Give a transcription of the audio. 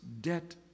debt